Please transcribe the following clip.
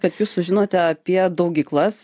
kad jūs sužinote apie daugyklas